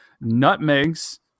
nutmegs